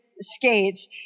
skates